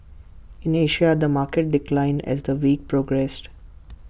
in Asia the market declined as the week progressed